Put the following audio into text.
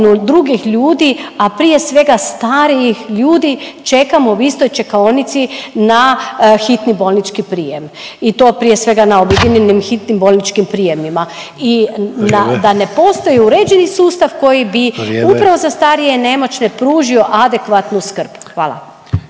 drugih ljudi, a prije svega starijih ljudi čekamo u istoj čekaonici na hitni bolnički prijem i to prije svega na objedinjenim hitnim bolničkim prijemima …/Upadica Sanader: Vrijeme./… i da ne postoji uređeni sustav koji bi …/Upadica Sanader: Vrijeme./… upravo za starije i nemoćne pružio adekvatnu skrb. Hvala.